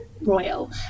royal